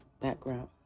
background